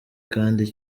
kandi